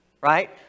right